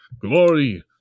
Glory